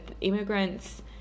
Immigrants